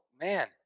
man